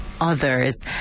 Others